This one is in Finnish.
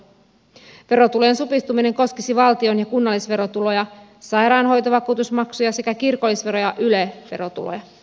verotulojen supistuminen koskisi valtion ja kunnallisverotuloja sairaanhoitovakuutusmaksuja sekä kirkollisvero ja yle verotuloja